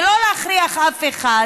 ולא להכריח אף אחד